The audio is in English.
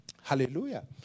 Hallelujah